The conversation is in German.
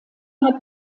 hat